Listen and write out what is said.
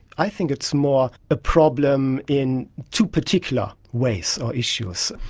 i think it's more a problem in two particular waves or issues.